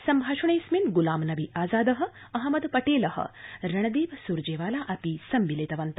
सम्भाषणेऽस्मिन् ग़्लाम नबी आजाद अहमदपटेल रणदीप स़्जेवाला अपि सम्मिलितवन्त